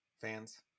fans